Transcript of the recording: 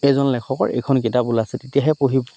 এজন লেখকৰ এইখন কিতাপ ওলাইছে তেতিয়াহে পঢ়ি